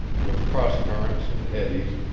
with crosscurrents and eddies,